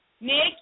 nick